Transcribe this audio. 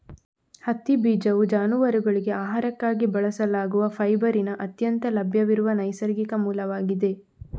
ಹತ್ತಿ ಬೀಜವು ಜಾನುವಾರುಗಳಿಗೆ ಆಹಾರಕ್ಕಾಗಿ ಬಳಸಲಾಗುವ ಫೈಬರಿನ ಅತ್ಯಂತ ಲಭ್ಯವಿರುವ ನೈಸರ್ಗಿಕ ಮೂಲವಾಗಿದೆ